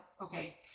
Okay